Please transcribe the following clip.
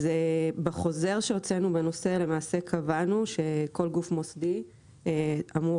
בחוזר שהוצאנו בנושא קבענו שכל גוף מוסדי אמור